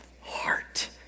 heart